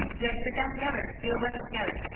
you guys sit down together. do a budget together.